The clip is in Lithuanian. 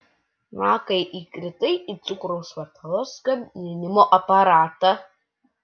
na kai įkritai į cukraus vatos gaminimo aparatą